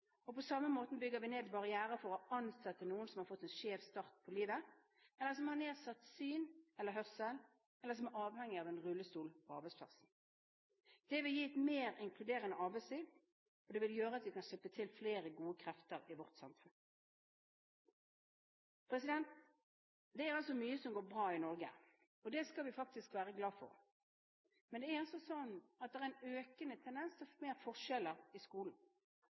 lønnstilskudd. På samme måten bygger vi ned barrierene for å ansette noen som har fått en skjev start på livet, eller som har nedsatt syn eller hørsel, eller som er avhengig av rullestol på arbeidsplassen. Det vil gi et mer inkluderende arbeidsliv, og det vil gjøre at vi kan slippe til flere gode krefter i vårt samfunn. Det er altså mye som går bra i Norge. Det skal vi faktisk være glad for. Men det er en økende tendens til mer forskjeller i skolen,